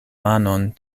manon